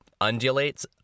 undulates